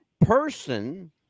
person